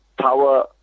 power